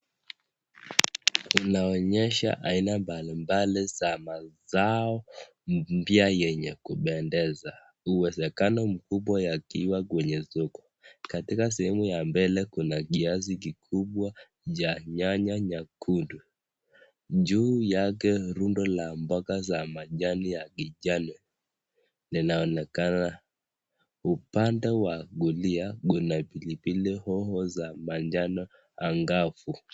Kunaonyesha aina mbali mbali ya mazao pia yenye inapendeza, kuna uwezekano mkubwa sana yakiwa kwenye soko, katika sehemu ya mbele kuna kiasi kikubwa cha nyanya nyekundu. Juu yake kuna rundo la majani ya mboga ya kijani linaonekana. Upande wa gunia, kuna pilipili ya manjano angavu.